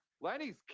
Lenny's